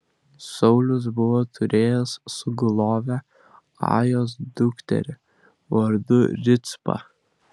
saulius buvo turėjęs sugulovę ajos dukterį vardu ricpą